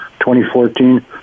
2014